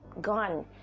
gone